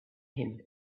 him